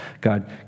God